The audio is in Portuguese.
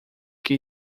que